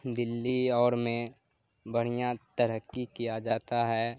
دلی اور میں بڑھیا ترقی کیا جاتا ہے